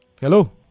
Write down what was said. Hello